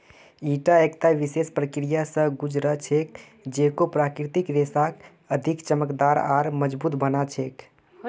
ईटा एकता विशेष प्रक्रिया स गुज र छेक जेको प्राकृतिक रेशाक अधिक चमकदार आर मजबूत बना छेक